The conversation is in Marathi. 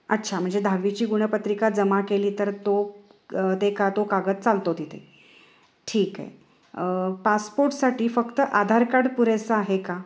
अच्छा म्हणजे दहावीची गुणपत्रिका जमा केली तर तो ते का तो कागद चालतो तिथे ठीक आहे पासपोर्टसाठी फक्त आधार कार्ड पुरेसा आहे का